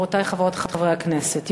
חברותי חברות וחברי הכנסת,